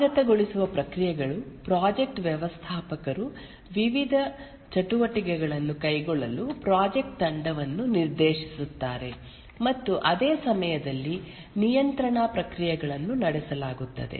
ಕಾರ್ಯಗತಗೊಳಿಸುವ ಪ್ರಕ್ರಿಯೆಗಳು ಪ್ರಾಜೆಕ್ಟ್ ವ್ಯವಸ್ಥಾಪಕರು ವಿವಿಧ ಚಟುವಟಿಕೆಗಳನ್ನು ಕೈಗೊಳ್ಳಲು ಪ್ರಾಜೆಕ್ಟ್ ತಂಡವನ್ನು ನಿರ್ದೇಶಿಸುತ್ತಾರೆ ಮತ್ತು ಅದೇ ಸಮಯದಲ್ಲಿ ನಿಯಂತ್ರಣ ಪ್ರಕ್ರಿಯೆಗಳನ್ನು ನಡೆಸಲಾಗುತ್ತದೆ